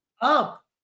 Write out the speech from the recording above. up